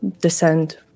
descend